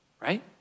right